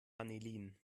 vanillin